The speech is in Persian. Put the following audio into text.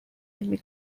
علمی